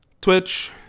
Twitch